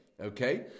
Okay